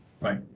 Right